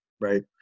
right